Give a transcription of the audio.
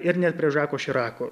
ir net prie žako širako